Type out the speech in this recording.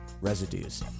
residues